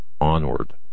onward